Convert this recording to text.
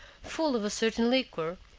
full of a certain liquor,